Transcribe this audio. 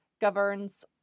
governs